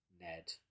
Ned